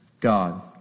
God